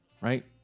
Right